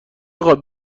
خواد